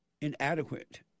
inadequate